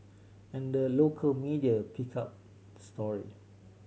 and the local media picked up story